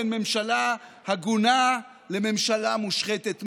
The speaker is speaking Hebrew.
בין ממשלה הגונה לממשלה מושחתת.